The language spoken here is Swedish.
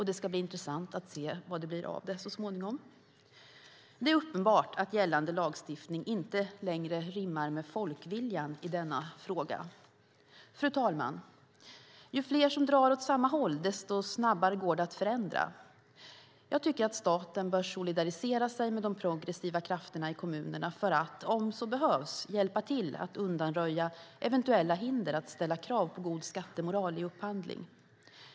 Det ska bli intressant att se vad det blir av det så småningom. Det är uppenbart att gällande lagstiftning inte längre rimmar med folkviljan i denna fråga. Fru talman! Ju fler som drar åt samma håll, desto snabbare går det att förändra. Jag tycker att staten bör solidarisera sig med de progressiva krafterna i kommunerna för att, om så behövs, hjälpa till att undanröja eventuella hinder att ställa krav på god skattemoral i upphandling.